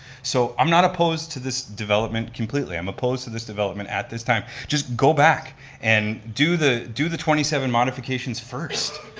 so i'm not opposed to this development completely, i'm opposed to this development at this time. just go back and do the do the twenty seven modifications first.